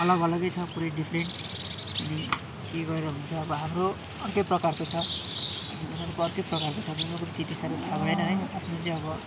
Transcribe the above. अलग अलगै छ पुरै डिफरेन्ट अनि के गरेर हुन्छ अब हाम्रो अर्कै प्रकारको छ अनि उनीहरूको अर्कै प्रकारको छ अब उनीहरूको त त्यति साह्रो थाहा भएन है आफ्नो चाहिँ अब